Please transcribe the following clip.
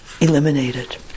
eliminated